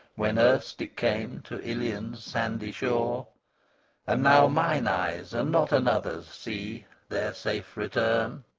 when erst it came to ilion's sandy shore and now mine eyes and not another's see their safe return.